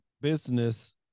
business